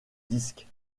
disque